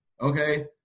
okay